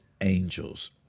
angels